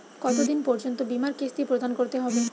কতো দিন পর্যন্ত বিমার কিস্তি প্রদান করতে হবে?